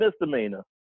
misdemeanor